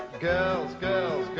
girls, girls,